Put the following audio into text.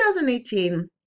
2018